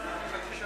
ההצעה